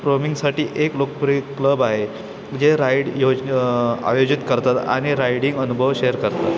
ट्रोमिंगसाठी एक लोकप्रिय क्लब आहे जे राईड योज आयोजित करतात आणि रायडींग अनुभव शेअर करतात